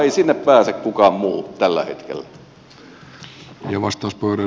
ei sinne pääse kukaan muu tällä hetkellä